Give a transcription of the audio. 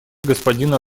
господина